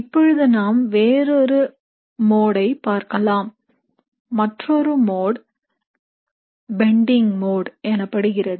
இப்பொழுது நாம் வேறொரு மோட் ஐ பார்க்கலாம் மற்றொரு மோட் பெண்டிங் மோட் எனப்படுகிறது